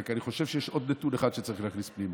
אני רק חושב שיש עוד נתון אחד שצריך להכניס פנימה.